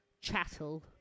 chattel